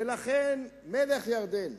ולכן, מלך ירדן,